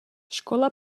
škola